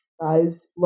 guys